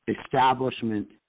establishment